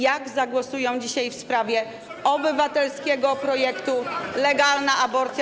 jak zagłosują dzisiaj w sprawie obywatelskiego projektu ˝Legalna aborcja.